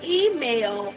email